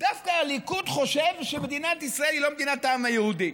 דווקא הליכוד חושב שמדינת ישראל היא לא מדינת העם היהודי.